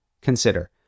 Consider